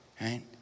right